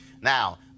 Now